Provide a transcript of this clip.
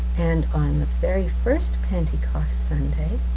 and on the very first pentecost sunday,